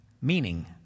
meaning